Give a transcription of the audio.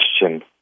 question